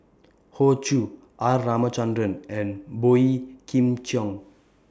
Hoey Choo R Ramachandran and Boey Kim Cheng